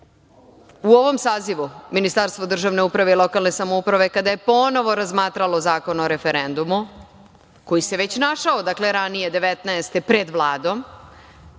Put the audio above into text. u ovom sazivu Ministarstvo državne uprave i lokalne samouprave, kada je ponovo razmatralo Zakon o referendumu, koji se već našao ranije 2019. godine pred Vladom,